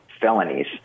felonies